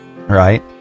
Right